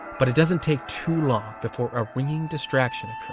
but it doesn't take too long before a ringing distraction